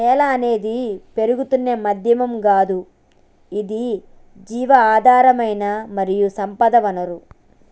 నేల అనేది పెరుగుతున్న మాధ్యమం గాదు ఇది జీవధారమైన మరియు సంపద వనరు